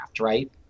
right